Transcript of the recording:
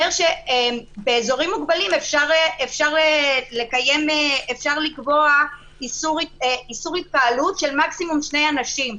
שבאזורים מוגבלים אפשר לקבוע איסור התקהלות של מקסימום שני אנשים.